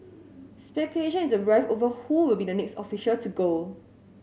speculation is rife over who will be the next official to go